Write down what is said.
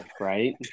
right